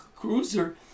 cruiser